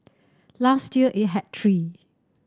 last year it had three